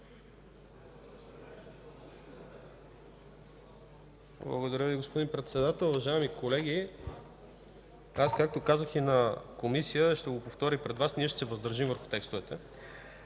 Благодаря, господин Председател. Уважаеми колеги, както казах и в Комисията, ще го повторя и пред Вас – ние ще се въздържим върху текстовете,